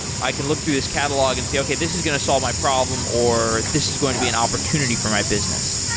i can look through this catalog and say, okay, this is going to solve my problem, or this is going to be an opportunity for my business.